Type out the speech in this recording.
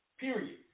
Period